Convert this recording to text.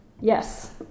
Yes